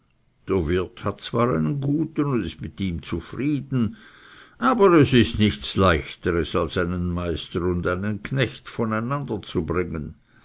hat zwar einen guten und ist mit ihm zufrieden aber es ist nichts leichteres als einen meister und einen knecht voneinanderzubringen